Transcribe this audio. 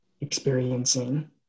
experiencing